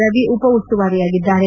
ರವಿ ಉಪ ಉಸ್ತುವಾರಿಯಾಗಿದ್ದಾರೆ